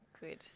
good